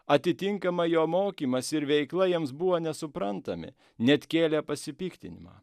atitinkamai jo mokymas ir veikla jiems buvo nesuprantami net kėlė pasipiktinimą